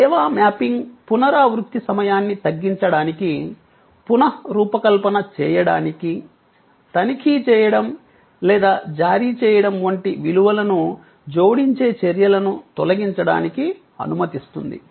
సేవా మ్యాపింగ్ పునరావృత్తి సమయాన్ని తగ్గించడానికి పునఃరూపకల్పన చేయడానికి తనిఖీ చేయడం లేదా జారీ చేయడం వంటి విలువలను జోడించే చర్యలను తొలగించడానికి అనుమతిస్తుంది